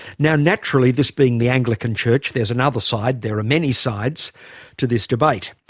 now naturally this being the anglican church, there's another side. there are many sides to this debate.